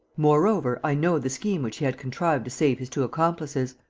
moreover, i know the scheme which he had contrived to save his two accomplices.